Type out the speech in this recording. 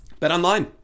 BetOnline